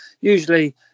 usually